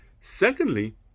Secondly